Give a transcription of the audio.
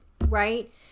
right